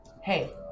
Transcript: hey